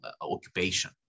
occupation